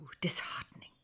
disheartening